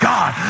God